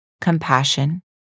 compassion